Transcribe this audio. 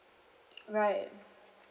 right